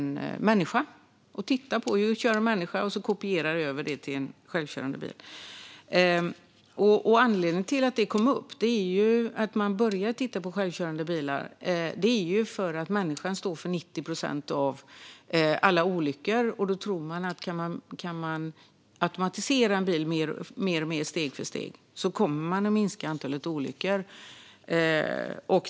Det handlar om att titta på hur en människa kör och kopiera över det till en självkörande bil. Anledningen till att man började titta på självkörande bilar är att människan står för 90 procent av alla olyckor. Kan man då automatisera bilarna steg för steg kommer man också att minska antalet olyckor.